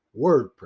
WordPress